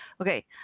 Okay